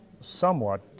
somewhat